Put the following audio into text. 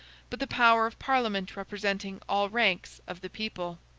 but the power of parliament representing all ranks of the people.